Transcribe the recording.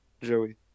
Joey